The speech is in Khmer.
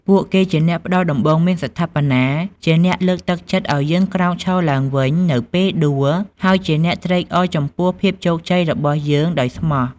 ពួកគេជាអ្នកផ្តល់ដំបូន្មានស្ថាបនា ជាអ្នកលើកទឹកចិត្តឲ្យយើងក្រោកឈរឡើងវិញនៅពេលដួល ហើយជាអ្នកត្រេកអរចំពោះភាពជោគជ័យរបស់យើងដោយស្មោះ។